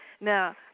Now